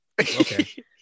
Okay